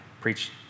preach